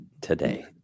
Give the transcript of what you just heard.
today